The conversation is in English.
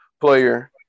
player